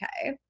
okay